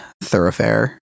thoroughfare